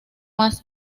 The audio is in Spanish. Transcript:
más